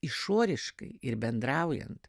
išoriškai ir bendraujant